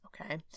okay